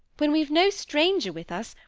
when we've no stranger with us,